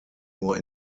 nur